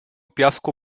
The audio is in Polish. piasku